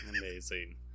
Amazing